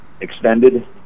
extended